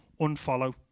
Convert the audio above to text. unfollow